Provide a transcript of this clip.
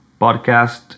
podcast